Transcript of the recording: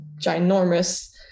ginormous